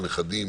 נכדים,